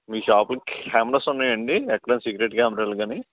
మీ షాప్లో క్యామెరాస్ ఉన్నాయండి ఎక్కడైనా సీక్రెట్ క్యామెరాలు గానీ